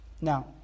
Now